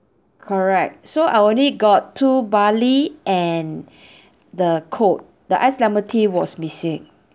correct so I only got two barley and the coke the iced lemon tea was missing